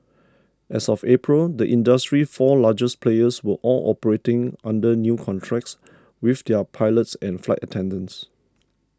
as of April the industry's four largest players were all operating under new contracts with their pilots and flight attendants